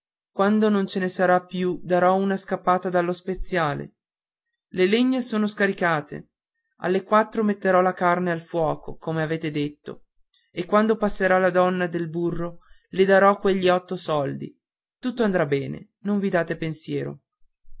quando non ce ne sarà più darò una scappata dallo speziale le legna sono scaricate alle quattro metterò la carne al fuoco come avete detto e quando passerà la donna del burro le darò quegli otto soldi tutto andrà bene non vi date pensiero